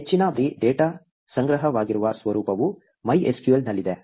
ಆದ್ದರಿಂದ ಹೆಚ್ಚಿನ ಬಾರಿ ಡೇಟಾ ಸಂಗ್ರಹವಾಗಿರುವ ಸ್ವರೂಪವು MySQL ನಲ್ಲಿದೆ